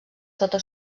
sota